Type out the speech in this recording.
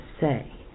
say